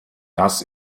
das